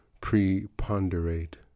preponderate